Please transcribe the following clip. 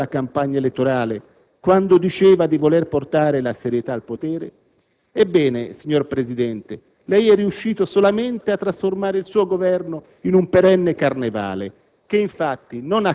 Si ricorda della campagna elettorale, quando diceva di voler portare la serietà al potere? Ebbene, signor Presidente, lei è riuscito solamente a trasformare il suo Governo in un perenne carnevale,